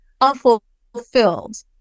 unfulfilled